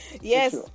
Yes